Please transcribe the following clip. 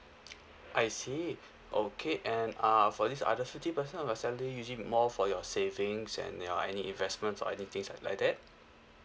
I see okay and uh for this are the fifty percent of your salary usually more for your savings and your any investments or anything like like that